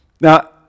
Now